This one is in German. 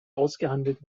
ausgehandelt